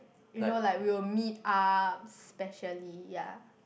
you know like we will meet up specially ya